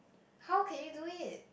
how can you do it